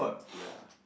ya